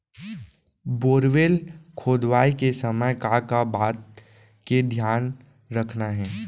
Borewell खोदवाए के समय का का बात के धियान रखना हे?